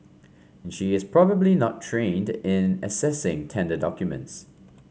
and she is probably not trained in assessing tender documents